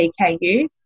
PKU